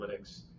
analytics